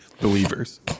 believers